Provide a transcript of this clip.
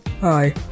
Hi